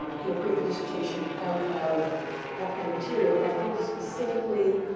you know, create the dissertation out of that kind of material. and i focused specifically,